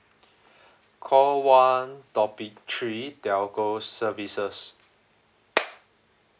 call one topic three telco services